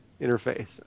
interface